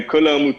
עם כל העמותות.